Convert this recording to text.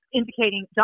indicating